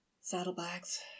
Saddlebags